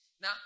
Now